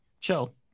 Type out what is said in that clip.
chill